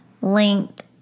length